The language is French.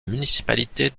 municipalité